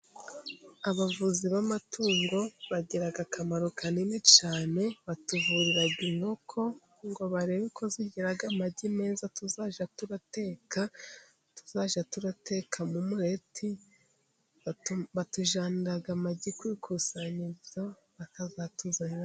Abavuzi b'amatungo bagira akamaro kanini cyane. Batuvurira inkoko ngo barebe ko zagira amagi meza tuzajya turateka, tuzajya turateka mo umureti. Batujyanira amagi ku ikusanyirizo bakazatuzanira...